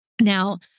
Now